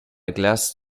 glace